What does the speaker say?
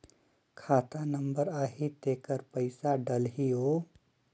खाता नंबर आही तेकर पइसा डलहीओ?